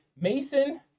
Mason